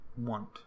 want